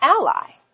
ally